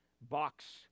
box